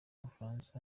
bufaransa